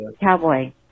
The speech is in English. Cowboy